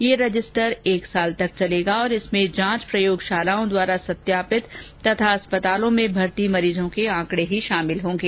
यह रजिस्टर एक वर्ष तक चलेगा और इसमें जांच प्रयोगशालाओं द्वारा सत्यापित तथा अस्पतालों में भर्ती मरीजों के आंकडे ही शामिल होंगे